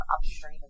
upstream